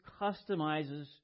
customizes